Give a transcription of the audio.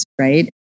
right